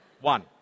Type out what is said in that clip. One